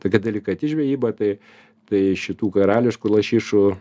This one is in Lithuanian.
tokia delikati žvejyba tai tai šitų karališkų lašišų